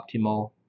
optimal